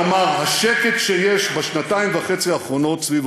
הוא אמר: השקט שיש בשנתיים וחצי האחרונות סביב